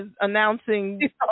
announcing